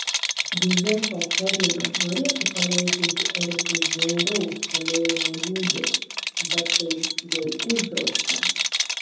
vis dėlto karina norėtų palengvinti erikui niauraus kalėjimo liūdesį bet tai jau uždrausta